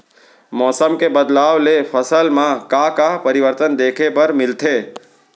मौसम के बदलाव ले फसल मा का का परिवर्तन देखे बर मिलथे?